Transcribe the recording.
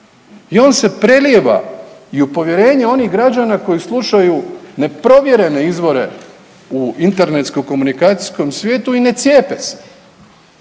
i on se prelijeva i u povjerenje onih građana koji slušaju neprovjerene izvore u internetskom komunikacijskom svijetu i ne cijepe se.